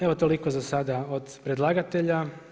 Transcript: Evo toliko za sada od predlagatelja.